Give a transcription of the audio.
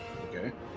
okay